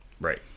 right